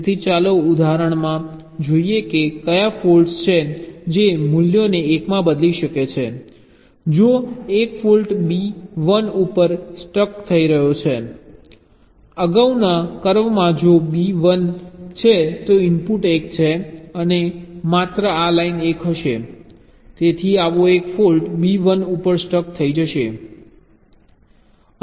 તેથી ચાલો આ ઉદાહરણમાં જોઈએ કે કયા ફોલ્ટ્સ છે જે મૂલ્યોને 1 માં બદલી શકે છે જુઓ 1 ફોલ્ટ B 1 ઉપર સ્ટક થઈ શકે છે અગાઉના કર્વમાં જો B 1 છે તો ઇનપુટ 1 છે અને માત્ર આ લાઇન 1 હશે તેથી આવો એક ફોલ્ટ B 1 ઉપર સ્ટક થઈ જશે